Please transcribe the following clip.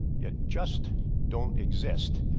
yeah just don't exist.